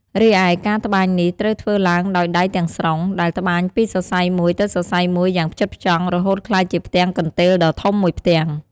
រីឯ ការត្បាញនេះត្រូវធ្វើឡើងដោយដៃទាំងស្រុង ដែលត្បាញពីសរសៃមួយទៅសរសៃមួយយ៉ាងផ្ចិតផ្ចង់ រហូតក្លាយជាផ្ទាំងកន្ទេលដ៏ធំមួយផ្ទាំង។